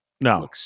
no